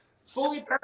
fully